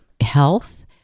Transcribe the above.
health